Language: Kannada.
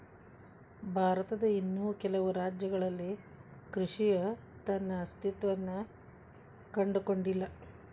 ಭಾರತದ ಇನ್ನೂ ಕೆಲವು ರಾಜ್ಯಗಳಲ್ಲಿ ಕೃಷಿಯ ತನ್ನ ಅಸ್ತಿತ್ವವನ್ನು ಕಂಡುಕೊಂಡಿಲ್ಲ